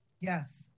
yes